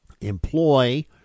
employ